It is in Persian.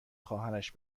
خواهرش